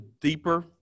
deeper